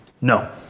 No